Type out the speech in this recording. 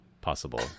possible